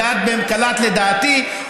ואת קלעת לדעתי,